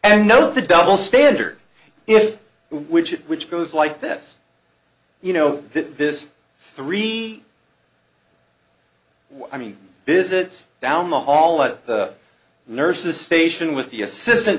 and note the double standard if which which goes like this you know this three i mean visits down the hall at the nurses station with the assistant